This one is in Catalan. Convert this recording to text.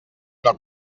una